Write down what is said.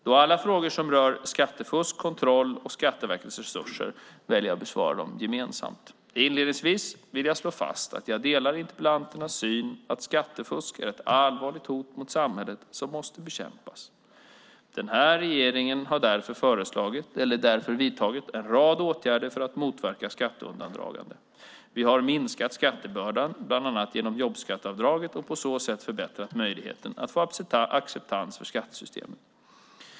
Då alla frågorna rör skattefusk, kontroll och Skatteverkets resurser väljer jag att besvara dem gemensamt. Inledningsvis vill jag slå fast att jag delar interpellanternas syn att skattefusk är ett allvarligt hot mot samhället som måste bekämpas. Den här regeringen har därför vidtagit en rad åtgärder för att motverka skatteundandragande. Vi har minskat skattebördan bland annat genom jobbskatteavdraget och på så sätt förbättrat möjligheten att få acceptans för skattesystemet.